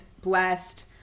blessed